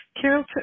carol